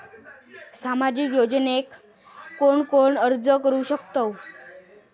सामाजिक योजनेक कोण कोण अर्ज करू शकतत?